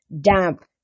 damp